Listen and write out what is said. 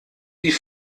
die